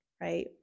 right